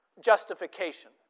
justification